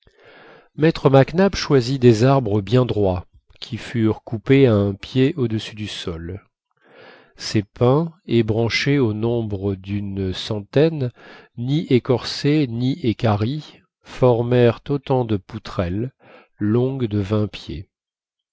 maître mac nap choisit des arbres bien droits qui furent coupés à un pied au-dessus du sol ces pins ébranchés au nombre d'une centaine ni écorcés ni équarris formèrent autant de poutrelles longues de vingt pieds